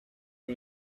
più